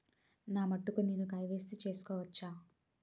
నా మటుకు నేనే కే.వై.సీ చేసుకోవచ్చా?